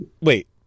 wait